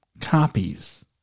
copies